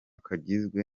kagizwe